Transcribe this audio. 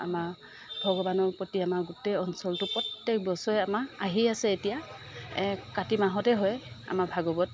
আমাৰ ভগৱানৰ প্ৰতি আমাৰ গোটেই অঞ্চলটোৰ প্ৰত্যেক বছৰে আমাৰ আহি আছে এতিয়া এই কাতি মাহতেই হয় আমাৰ ভাগৱত